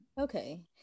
okay